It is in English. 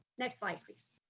next slide, please.